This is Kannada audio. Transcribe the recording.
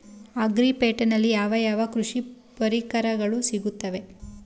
ಅಗ್ರಿ ಪೇಟೆನಲ್ಲಿ ಯಾವ ಯಾವ ಕೃಷಿ ಪರಿಕರಗಳು ಸಿಗುತ್ತವೆ?